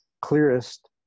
clearest